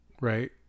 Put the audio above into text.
right